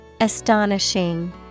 Astonishing